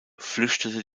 flüchtete